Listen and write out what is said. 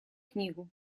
книгу